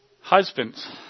Husbands